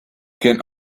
can